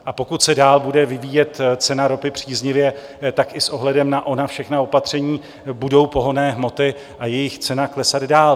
A pokud se dál bude vyvíjet cena ropy příznivě, tak i s ohledem na ona všechna opatření budou pohonné hmoty a jejich cena klesat dál.